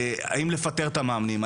האם לפטר את המאמנים,